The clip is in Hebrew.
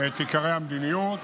את עיקרי המדיניות,